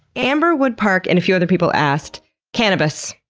amber woodpark and a few other people asked cannabis,